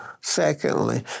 Secondly